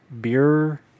Beer